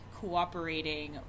cooperating